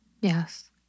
Yes